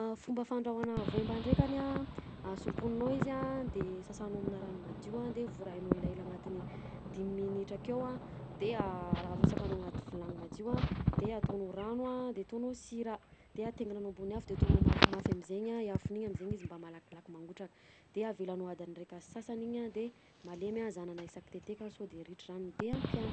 Fomba fandrahoana voemba ndrekany a somponinao izy a de sasanao amina rano madio a de vorahinao elaela agnatiny dimy minitra akeo de ar- arosakanao agnaty vilany madio a de ataonao rano de ataonao sira de atenginanao ambony afo de ataonao mafimafy amizegny afony iny de amizay izy mba malakilaky mangotraky de avelanao andiny raika sasany iny a de malemy zahananao isaky teteka sody ritry ragnony de ampiagna.